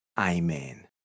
Amen